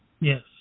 Yes